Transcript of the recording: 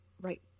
right